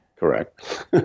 Correct